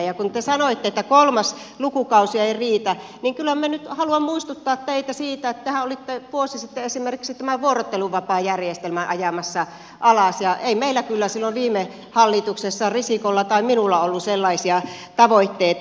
ja kun te sanoitte että kolmas lukukausi ei riitä niin kyllä minä nyt haluan muistuttaa teitä siitä että tehän olitte vuosi sitten esimerkiksi tätä vuorotteluvapaajärjestelmää ajamassa alas ja ei meillä kyllä silloin viime hallituksessa risikolla tai minulla ollut sellaisia tavoitteita